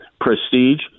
prestige